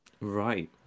right